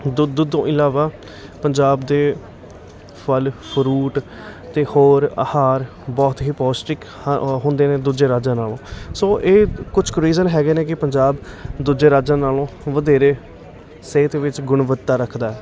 ਦੁੱਧ ਦੁੱਧ ਤੋਂ ਇਲਾਵਾ ਪੰਜਾਬ ਦੇ ਫਲ ਫਰੂਟ ਅਤੇ ਹੋਰ ਆਹਾਰ ਬਹੁਤ ਹੀ ਪੌਸ਼ਟਿਕ ਹ ਹੁੰਦੇ ਨੇ ਦੂਜੇ ਰਾਜਾਂ ਨਾਲੋਂ ਸੋ ਇਹ ਕੁਛ ਕੁ ਰੀਜ਼ਨ ਹੈਗੇ ਨੇ ਕਿ ਪੰਜਾਬ ਦੂਜੇ ਰਾਜਾਂ ਨਾਲੋਂ ਵਧੇਰੇ ਸਿਹਤ ਵਿੱਚ ਗੁਣਵੱਤਾ ਰੱਖਦਾ